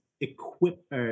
equip